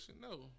no